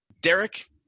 Derek